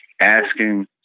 asking